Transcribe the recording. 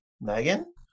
Megan